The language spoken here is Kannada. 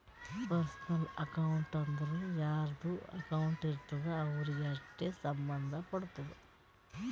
ಪರ್ಸನಲ್ ಅಕೌಂಟ್ ಅಂದುರ್ ಯಾರ್ದು ಅಕೌಂಟ್ ಇರ್ತುದ್ ಅವ್ರಿಗೆ ಅಷ್ಟೇ ಸಂಭಂದ್ ಪಡ್ತುದ